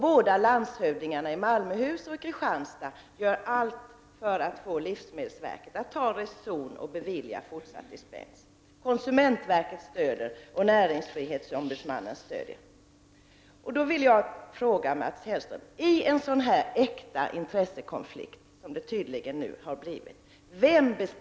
Båda landshövdingarna, i Malmöhus län och i Kristianstads län, gör allt för att få livsmedelsverket att ta reson och bevilja fortsatt dispens. Konsumentverket och näringsfrihetsombudsmannen stöder verksamheten. Då vill jag fråga Mats Hellström: Vem bestämmer i en sådan här äkta intressekonflikt, som detta tydligen har blivit?